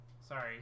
Sorry